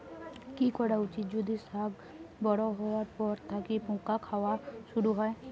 কি করা উচিৎ যদি শাক বড়ো হবার পর থাকি পোকা খাওয়া শুরু হয়?